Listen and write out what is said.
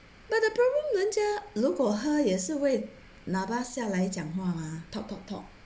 but the problem 人家如果喝也是会拿 mask 下来讲话嘛 talk talk talk